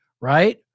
right